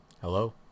Hello